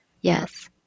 Yes